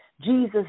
Jesus